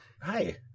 Hi